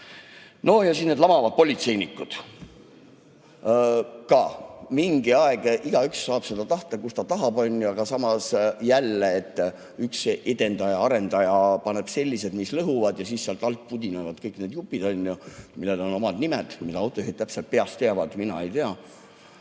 No ja siis need lamavad politseinikud. Mingil ajal igaüks saab seda tahta, kuhu ta tahab. Aga samas jälle üks edendaja-arendaja paneb sellised, mis lõhuvad, ja siis sealt [auto] alt pudisevad kõik need jupid, millel on omad nimed, mida autojuhid täpselt peast teavad. Mina ei tea.